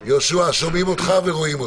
יהושע, שומעים אותך ורואים אותך.